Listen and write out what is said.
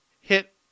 hit